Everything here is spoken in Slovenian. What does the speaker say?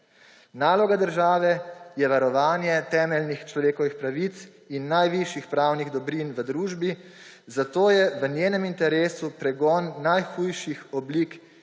Naloga države je varovanje temeljnih človekovih pravic in najvišjih pravnih dobrin v družbi, zato je v njenem interesu pregon najhujših oblik